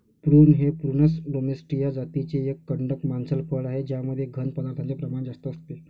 prune हे प्रूनस डोमेस्टीया जातीचे एक कडक मांसल फळ आहे ज्यामध्ये घन पदार्थांचे प्रमाण जास्त असते